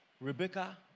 Rebecca